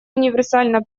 универсально